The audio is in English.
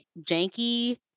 janky